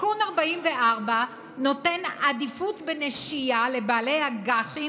תיקון 44 נותן עדיפות בנשייה לבעלי אג"חים